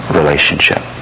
relationship